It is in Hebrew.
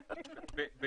זה